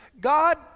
God